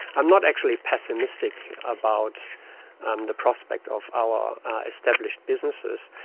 i'm not actually pessimistic about um the prospect of our established businesses.